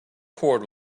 cord